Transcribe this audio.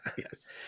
Yes